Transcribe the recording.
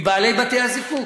מבעלי בתי-הזיקוק,